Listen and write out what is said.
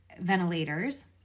ventilators